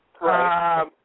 Right